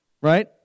Right